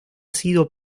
sido